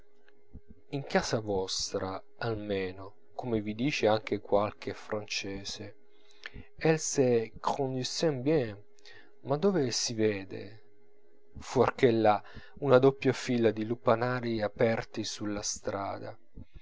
in casa vostra almeno come vi dice anche qualche francese elles se conduisent bien ma dove sì vede fuorchè là una doppia fila di lupanari aperti sulla strada